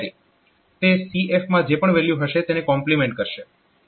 તે CF માં જે પણ વેલ્યુ હશે તેને કોમ્પ્લીમેન્ટ કરશે